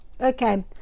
okay